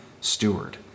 steward